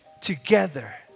together